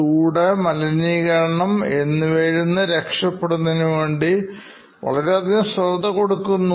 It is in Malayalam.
ചൂട് മലിനീകരണം എന്നിവയിൽ നിന്ന് രക്ഷപ്പെടുന്നതിന് വേണ്ടി വളരെയധികം ശ്രദ്ധ കൊടുക്കുന്നു